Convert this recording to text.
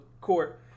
court